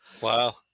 wow